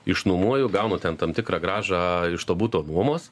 išnuomoju gaunu ten tam tikrą grąžą iš to buto nuomos